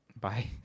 Bye